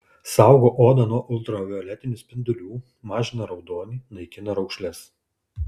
saugo odą nuo ultravioletinių spindulių mažina raudonį naikina raukšles